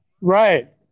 Right